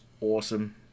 awesome